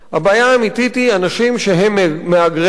הבעיה האמיתית היא אנשים שהם מהגרי עבודה.